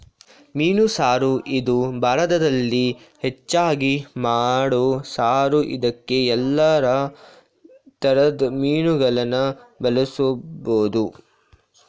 ಮೀನು ಸಾರು ಇದು ಭಾರತದಲ್ಲಿ ಹೆಚ್ಚಾಗಿ ಮಾಡೋ ಸಾರು ಇದ್ಕೇ ಯಲ್ಲಾ ತರದ್ ಮೀನುಗಳನ್ನ ಬಳುಸ್ಬೋದು